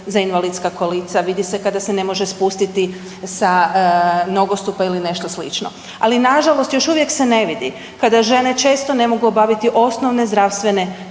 za invalidska kolica, vidi se kada se ne može spustiti sa nogostupa ili nešto slično, ali nažalost još uvijek se ne vidi kada žene često ne mogu obaviti osnovne zdravstvene